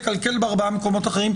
לקלקל בארבעה מקומות אחרים.